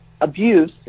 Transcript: Abuse